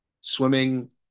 swimming